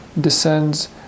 descends